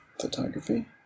photography